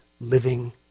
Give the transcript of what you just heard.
living